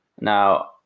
Now